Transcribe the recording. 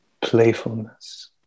playfulness